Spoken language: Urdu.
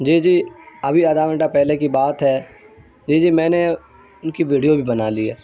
جی جی ابھی آدھا گھنٹہ پہلے کی بات ہے جی جی میں نے ان کی ویڈیو بھی بنا لی ہے